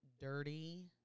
dirty